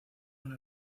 una